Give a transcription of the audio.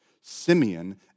Simeon